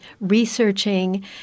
researching